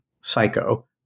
psycho